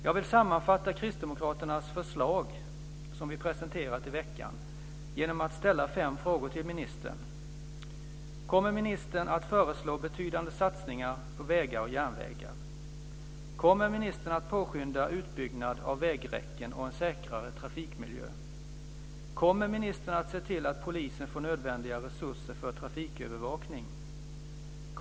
Jag vill sammanfatta kristdemokraternas förslag, som vi har presenterat under veckan, genom att ställa fem frågor till ministern: 1. Kommer ministern att föreslå betydande satsningar på vägar och järnvägar? 2. Kommer ministern att påskynda utbyggnad av vägräcken och en säkrare trafikmiljö? 3. Kommer ministern att se till att polisen får nödvändiga resurser för trafikövervakning? 4.